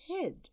head